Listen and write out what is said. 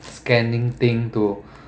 scanning thing to